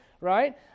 Right